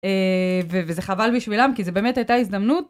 וזה חבל בשבילם, כי זה באמת הייתה הזדמנות.